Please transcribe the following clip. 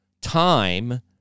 time